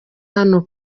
hano